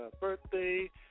birthday